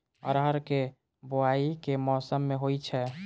अरहर केँ बोवायी केँ मौसम मे होइ छैय?